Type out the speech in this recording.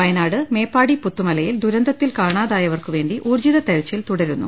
വയനാട് മേപ്പാടി പുത്തുമലയിൽ ദുരന്തത്തിൽ കാണാതായ വർക്കു വേണ്ടി ഊർജിത തെരച്ചിൽ തുടരുന്നു